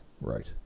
right